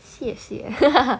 谢谢